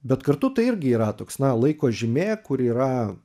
bet kartu tai irgi yra toks na laiko žymė kuri yra